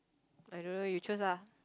I don't know you choose ah